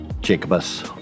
Jacobus